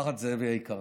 משפחת זאבי היקרה,